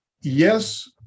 Yes